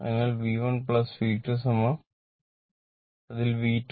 അതിനാൽ V1 V2 V2 76